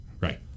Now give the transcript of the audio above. Right